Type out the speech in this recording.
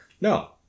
no